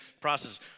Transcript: process